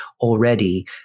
already